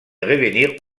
revenir